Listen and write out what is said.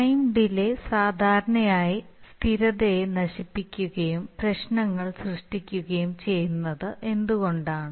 time delay സാധാരണയായി സ്ഥിരതയെ നശിപ്പിക്കുകയും പ്രശ്നങ്ങൾ സൃഷ്ടിക്കുകയും ചെയ്യുന്നത് എന്തുകൊണ്ടാണ്